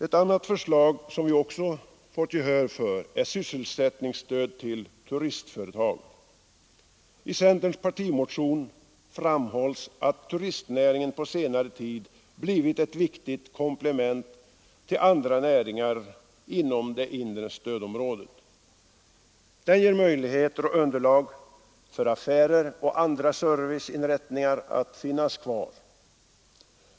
Ett annat förslag som vi har fått gehör för är sysselsättningsstöd till turistföretag. I centerns partimotion framhålls att turistnäringen på senare tid har blivit ett viktigt komplement till andra näringar inom det inre stödområdet. Den ger möjligheter och underlag för affärer och andra serviceinrättningar att finnas kvar.